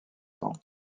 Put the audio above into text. temps